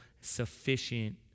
sufficient